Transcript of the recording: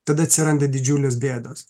tada atsiranda didžiulės bėdos